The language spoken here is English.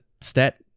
stat